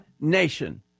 nation